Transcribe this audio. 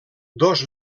dos